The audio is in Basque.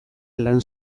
lan